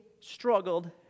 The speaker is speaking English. struggled